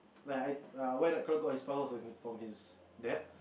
like I uh his powers was from from his dad